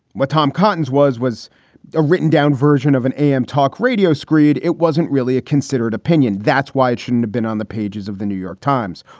what tom cotton's was was a written down version of an am talk radio screed. it wasn't really a considered opinion. that's why it shouldn't have been on the pages of the new york times.